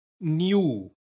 new